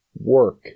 work